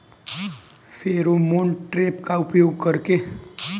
Pheromone trap का उपयोग कर के?